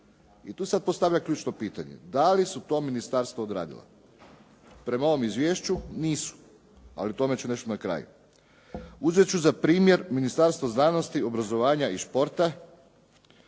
I tu sad postavljam ključno pitanje, da li su to ministarstva odradila? Prema ovom izvješću, nisu. Ali o tome ću nešto na kraju. Uzet ću za primjer Ministarstvo znanosti, obrazovanja i športa